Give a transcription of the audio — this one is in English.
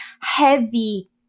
heavy